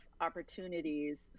opportunities